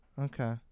Okay